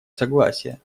согласие